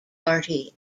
party